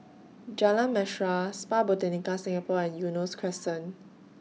Jalan Mesra Spa Botanica Singapore and Eunos Crescent